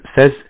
says